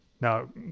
Now